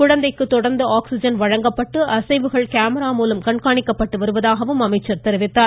குழந்தைக்கு தொடர்ந்து வழங்கப்பட்டு அசைவுகள் கேமரா மூலம் கண்காணிக்கப்பட்டு வருவதாகவும் தெரிவித்தார்